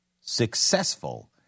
successful